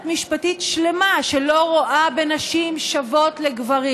משפטית שלמה שלא רואה בנשים שוות לגברים.